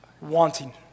wanting